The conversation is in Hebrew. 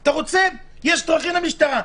אתה רוצה, יש דרכים למשטרה.